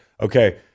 okay